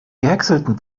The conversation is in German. gehäckselten